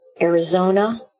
Arizona